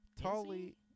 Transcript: Tolly